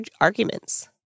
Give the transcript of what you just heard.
arguments